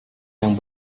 yang